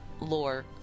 lore